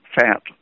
fat